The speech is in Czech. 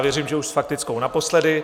Věřím, že už s faktickou naposledy.